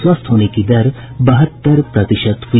स्वस्थ होने की दर बहत्तर प्रतिशत हुई